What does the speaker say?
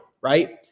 right